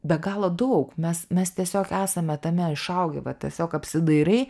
be galo daug mes mes tiesiog esame tame išaugę va tiesiog apsidairai